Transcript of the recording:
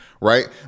right